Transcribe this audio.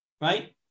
right